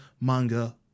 manga